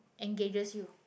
engages you